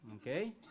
Okay